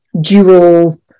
dual